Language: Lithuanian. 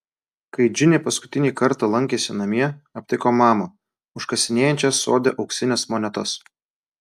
kai džinė paskutinį kartą lankėsi namie aptiko mamą užkasinėjančią sode auksines monetas